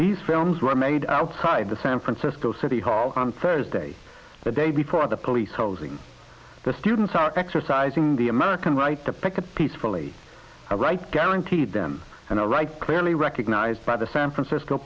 these films were made outside the san francisco city hall on thursday the day before the police causing the students are exercising the american right to practice peacefully a right guaranteed them and a right clearly recognized by the san francisco